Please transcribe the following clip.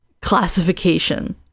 classification